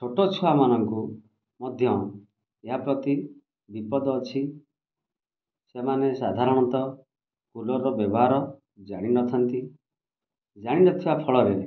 ଛୋଟଛୁଆମାନଙ୍କୁ ମଧ୍ୟ ୟା ପ୍ରତି ବିପଦ ଅଛି ସେମାନେ ସାଧାରଣତଃ କୁଲର୍ର ବ୍ୟବହାର ଜାଣିନଥାନ୍ତି ଜାଣିନଥିବା ଫଳରେ